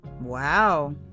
Wow